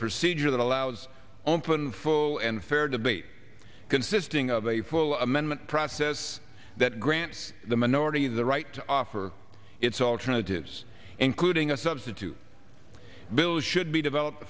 procedure that allows open full and fair debate consisting of a full amendment process that grants the minority the right to offer its alternatives including a substitute bill should be developed